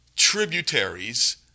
tributaries